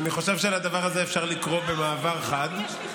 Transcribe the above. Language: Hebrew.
אני חושב שלדבר הזה אפשר לקרוא "במעבר חד".